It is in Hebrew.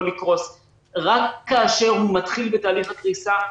לקרוס רק כאשר הוא מתחיל בתהליך קריסה,